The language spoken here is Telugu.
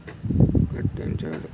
కట్టించాడు